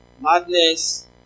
madness